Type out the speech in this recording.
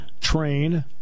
train